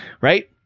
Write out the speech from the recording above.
right